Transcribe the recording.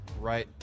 right